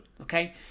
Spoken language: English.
okay